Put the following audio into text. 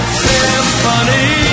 symphony